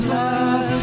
love